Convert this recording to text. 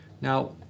Now